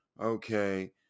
okay